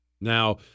Now